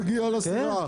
להגיע לסירה.